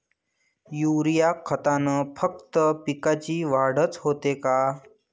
Urea खतानं फक्त पिकाची वाढच होते का?